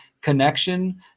connection